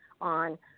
on